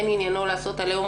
אין עניינו לעשות "עליהום",